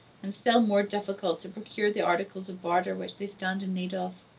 and still more difficult to procure the articles of barter which they stand in need of.